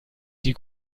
die